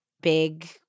big